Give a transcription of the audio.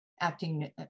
acting